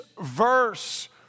verse